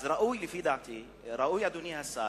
אז ראוי, לפי דעתי ראוי, אדוני השר,